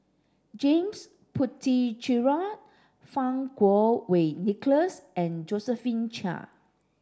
James Puthucheary Fang Kuo Wei Nicholas and Josephine Chia